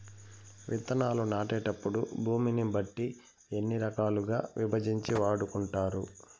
విత్తనాలు నాటేటప్పుడు భూమిని బట్టి ఎన్ని రకాలుగా విభజించి వాడుకుంటారు?